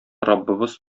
раббыбыз